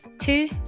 Two